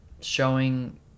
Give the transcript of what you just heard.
showing